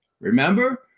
Remember